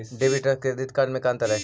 Debit और credit card में का अंतर हइ?